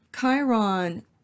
Chiron